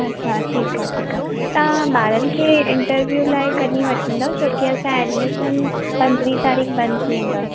अच्छा ठीकु आहे ठीकु आहे तव्हां ॿारनि खे इंटरवियू लाइ कॾहिं वठी ईंदव छो कि असां एडमिशन पंद्रहीं तारीख़ बंदि थी वेंदा